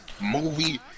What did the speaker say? movie